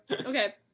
Okay